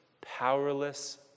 powerless